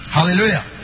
Hallelujah